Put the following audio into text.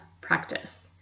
practice